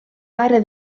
pare